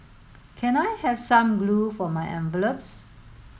can I have some glue for my envelopes